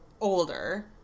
older